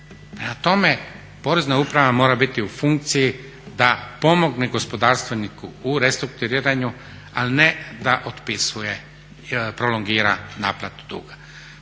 tome, porezna uprava mora biti u funkciji da pomogne gospodarstveniku u restrukturiranju al ne da otpisuje i prolongira naplatu duga.